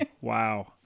Wow